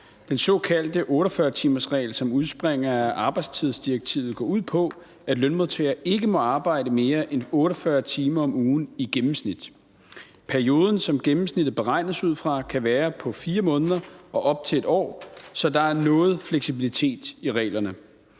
Den såkaldte 48-timersregel, som udspringer af arbejdstidsdirektivet, går ud på, at lønmodtagere ikke må arbejde mere end 48 timer om ugen i gennemsnit. Perioden, som gennemsnittet beregnes ud fra, kan være på 4 måneder og op til 1 år, så der er noget fleksibilitet i reglerne.